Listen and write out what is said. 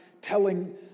telling